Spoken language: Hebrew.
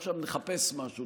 עכשיו נחפש משהו,